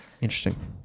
Interesting